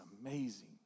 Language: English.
amazing